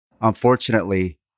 Unfortunately